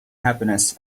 happiness